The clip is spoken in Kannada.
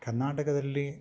ಕರ್ನಾಟಕದಲ್ಲಿ